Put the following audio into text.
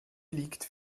liegt